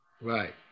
Right